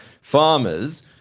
farmers